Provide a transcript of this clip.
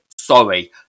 sorry